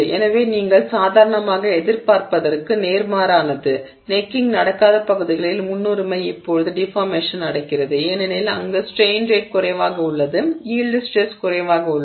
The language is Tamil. எனவே நீங்கள் சாதாரணமாக எதிர்பார்ப்பதற்கு நேர்மாறானது நெக்கிங் நடக்காத பகுதிகளில் முன்னுரிமை இப்போது டிஃபார்மேஷன் நடக்கிறது ஏனெனில் அங்கு ஸ்ட்ரெய்ன் ரேட் குறைவாக உள்ளது எனவே யீல்டு ஸ்ட்ரெஸ் குறைவாக உள்ளது